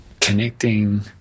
connecting